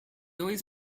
always